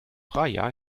praia